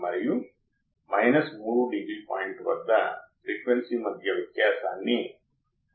మరియు నేను operational amplifier ను మెరుగైన సామర్థ్యంతో ఉపయోగించగలను